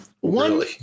one